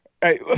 Hey